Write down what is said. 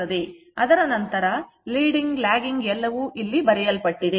ಅದರ ನಂತರ leading lagging ಎಲ್ಲವೂ ಇಲ್ಲಿ ಬರೆಯಲ್ಪಟ್ಟಿದೆ